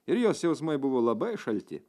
ir jos jausmai buvo labai šalti